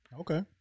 Okay